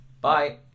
Bye